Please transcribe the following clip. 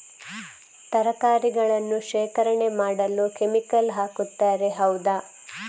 ತರಕಾರಿಗಳನ್ನು ಶೇಖರಣೆ ಮಾಡಲು ಕೆಮಿಕಲ್ ಹಾಕುತಾರೆ ಹೌದ?